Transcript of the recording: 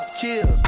chill